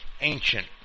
ancient